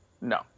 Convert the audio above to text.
no